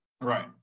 Right